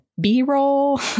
B-roll